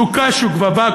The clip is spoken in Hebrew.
שהוא קש וגבבה,